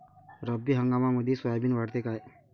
रब्बी हंगामामंदी सोयाबीन वाढते काय?